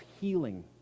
healing